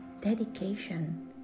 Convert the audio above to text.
dedication